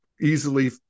easily